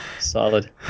Solid